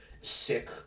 sick